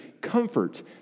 comfort